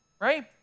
right